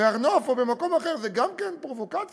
בהר-נוף או במקום אחר זו גם כן פרובוקציה?